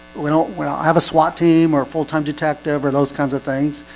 we don't we don't have a swat team or full-time detective or those kinds of things